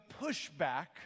pushback